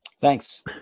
Thanks